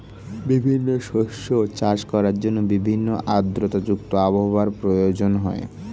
বিভিন্ন শস্য চাষ করার জন্য ভিন্ন আর্দ্রতা যুক্ত আবহাওয়ার প্রয়োজন হয়